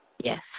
Yes